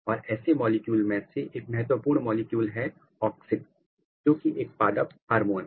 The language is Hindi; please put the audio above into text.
और ऐसे मॉलिक्यूल में से एक बहुत महत्वपूर्ण मॉलिक्यूल है ऑक्सिन है जो कि एक पादप हार्मोन है